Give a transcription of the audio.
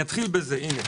הנה,